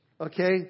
Okay